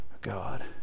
God